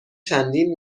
چندین